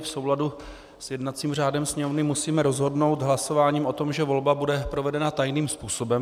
V souladu s jednacím řádem Sněmovny musíme rozhodnout hlasováním o tom, že volba bude provedena tajných způsobem.